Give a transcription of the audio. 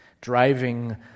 driving